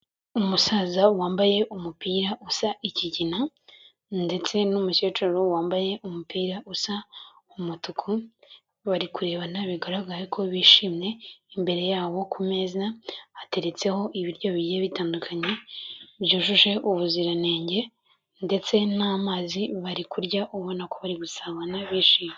Umusaza wambaye umupira usa ikigina ndetse n'umukecuru wambaye umupira usa umutuku, bari kurebana bigaragara ko bishimye, imbere yabo ku meza hateretseho ibiryo bigiye bitandukanye byujuje ubuziranenge ndetse n'amazi, bari kurya ubona ko bari gusabana bishimye.